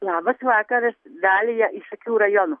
labas vakaras dalija iš šakių rajono